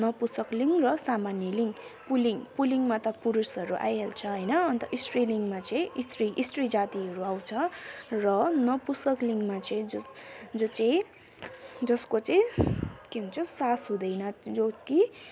नपुसंकलिङ्ग र सामान्य लिङ्ग पुलिङ्ग पुलिङ्गमा त पुरुषहरू आइहाल्छ होइन अन्त स्त्रीलिङ्गमा चाहिँ स्त्री स्त्री जातिहरू आउँछ र नपुसंकलिङ्गमा चाहिँ जस्तो जो चाहिँ जसको चाहिँ के हुन्छ सास हुँदैन जो कि